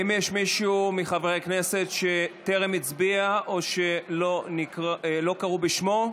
האם יש מישהו מחברי הכנסת שטרם הצביע או שלא קראו בשמו?